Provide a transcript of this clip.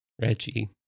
Reggie